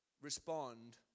respond